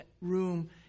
room